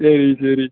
சரி சரி